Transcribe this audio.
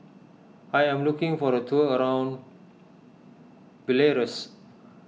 I am looking for a tour around Belarus